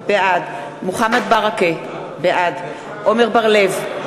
בעד מוחמד ברכה, בעד עמר בר-לב,